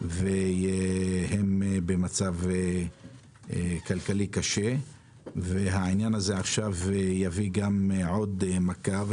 הם במצב כלכלי קשה והעניין הזה יביא עכשיו עוד מכה.